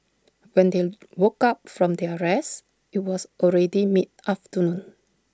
when they woke up from their rest IT was already mid afternoon